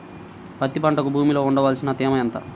పత్తి పంటకు భూమిలో ఉండవలసిన తేమ ఎంత?